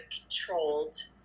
controlled